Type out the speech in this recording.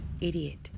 idiot